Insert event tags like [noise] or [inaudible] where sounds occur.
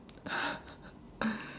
[laughs]